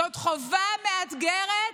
זאת חובה מאתגרת,